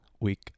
week